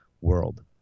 world